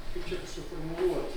kaip čia suformuluot